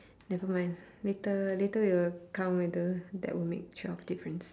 nevermind later later we will count whether that will make twelve difference